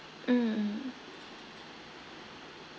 um